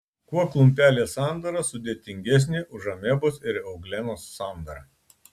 kuo klumpelės sandara sudėtingesnė už amebos ir euglenos sandarą